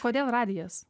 kodėl radijas